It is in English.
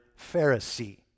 Pharisee